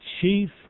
chief